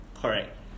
Correct